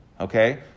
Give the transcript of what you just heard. Okay